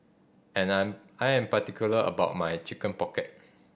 and I'm I am particular about my Chicken Pocket